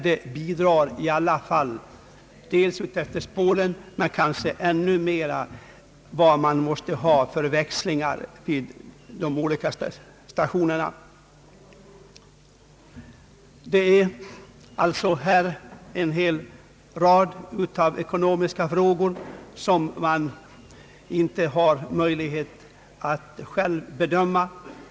De är naturligtvis värre vid stationer där växlingar äger rum. Det är alltså en hel rad ekonomiska problem som den enskilde inte har möjlighet att bedöma.